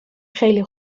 خیلی